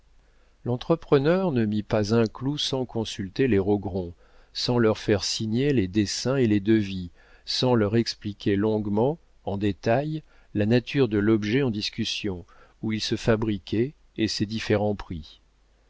l'entrepreneur ne mit pas un clou sans consulter les rogron sans leur faire signer les dessins et les devis sans leur expliquer longuement en détail la nature de l'objet en discussion où il se fabriquait et ses différents prix